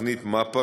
תוכנית מפ"ה,